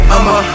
I'ma